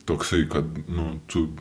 toksai kad nu tu